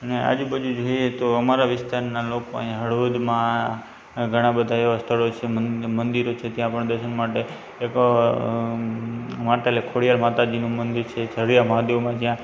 અને આજુબાજુ જોઈએ તો અમારા વિસ્તારના લોકો અહીંયા હળવદમાં ઘણા બધા એવા સ્થળો છે મંદ મંદિરો છે ત્યાં પણ દર્શન માટે એક માતા એટલે ખોડિયાર માતાજીનું મંદિર છે ઝરીયા મહાદેવમાં જ્યાં